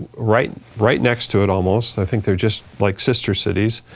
right right next to it almost. i think they're just like sister cities.